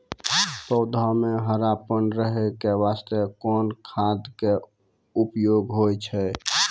पौधा म हरापन रहै के बास्ते कोन खाद के उपयोग होय छै?